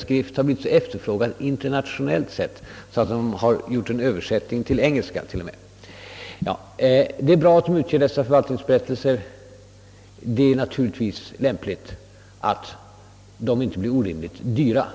skrift har blivit så efterfrågad internationellt sett att man t.o.m. gjort en översättning till engelska. Avslutningsvis skall jag bara säga att jag tycker det är bra att de statliga företagen liksom andra företag ger ut dylika förvaltningsberättelser. Det är naturligtvis lämpligt att de inte blir orimligt dyra.